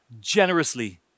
generously